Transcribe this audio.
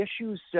issues